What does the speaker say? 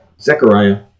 Zechariah